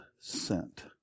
sent